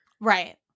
Right